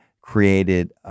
created